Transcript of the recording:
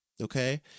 okay